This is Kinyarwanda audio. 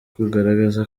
kugaragaza